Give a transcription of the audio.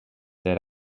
their